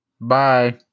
bye